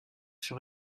sur